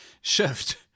shift